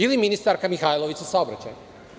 Ili ministarka Mihajlović sa saobraćajem?